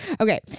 Okay